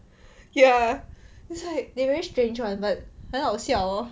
ya it's like they really strange [one] but 很好笑 hor